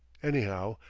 anyhow,